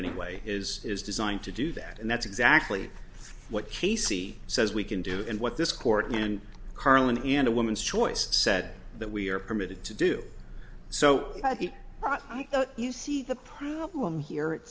anyway is is designed to do that and that's exactly what casey says we can do and what this court and carlyn and a woman's choice said that we are permitted to do so but you see the problem here it